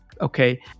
Okay